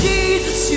Jesus